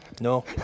No